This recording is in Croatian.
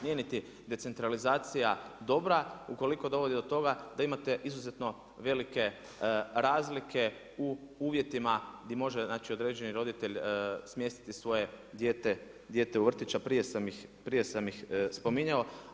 Nije niti decentralizacija dobra ukoliko dovodi do toga da imate izuzetno velike razlike u uvjetima gdje može, znači određeni roditelj smjestiti svoje dijete, dijete u vrtić a prije sam ih spominjao.